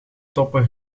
toppen